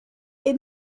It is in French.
est